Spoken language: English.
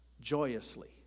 joyously